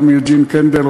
גם יוג'ין קנדל,